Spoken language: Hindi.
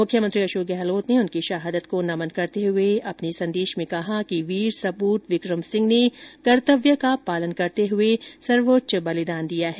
मुख्यमंत्री अशोक गहलोत ने उनकी शहादत को नमन करते हुए अपने संदेश में कहा कि वीर सपूत विक्रम सिंह ने कर्तव्य का पालन करते हुए सर्वोच्च बलिदान दिया है